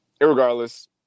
irregardless